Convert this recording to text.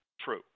True